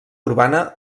urbana